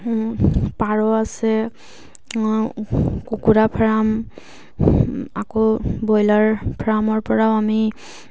পাৰ আছে কুকুৰা ফাৰ্ম আকৌ বইলাৰ ফাৰ্মৰ পৰাও আমি